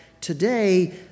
today